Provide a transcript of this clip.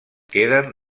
queden